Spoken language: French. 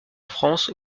france